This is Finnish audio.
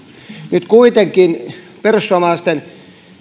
nyt kuitenkin perussuomalaisten